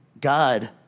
God